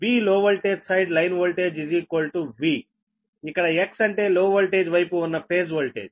V లో voltage side line voltage Vఇక్కడ X అంటే లో వోల్టేజ్ వైపు ఉన్న ఫేజ్ వోల్టేజ్